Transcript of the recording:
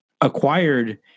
acquired